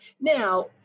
Now